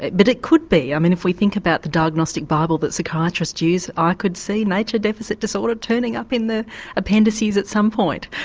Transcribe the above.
but it could be, um and if we think about the diagnostic bible that psychiatrists use, i could see nature deficit disorder turning up in the appendices at some point.